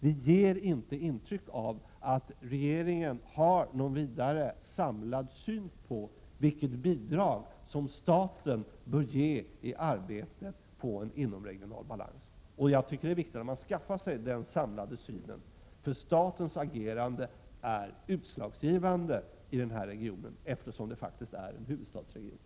Det ger inte intryck av att regeringen har någon vidare samlad syn på vilket bidrag som staten bör ge i arbetet på en inomregional balans. Jag tycker det är viktigt att man skaffar sig den samlade synen, för statens agerande är utslagsgivande i den här regionen, eftersom det faktiskt är en huvudstadsregion.